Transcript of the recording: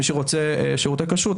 מי שרוצה שירותי כשרות,